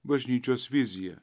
bažnyčios viziją